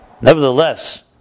Nevertheless